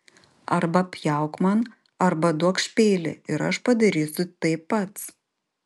arba pjauk man arba duokš peilį ir aš padarysiu tai pats